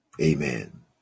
Amen